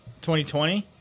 2020